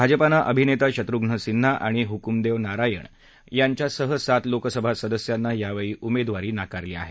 भाजपानं अभिनेता शत्रुघ्न सिन्हा आणि हुकूम देव नारायण यादव यांच्यासह सात लोकसभा सदस्यांना यावेळी उमेदवारी नाकारली आहे